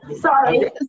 Sorry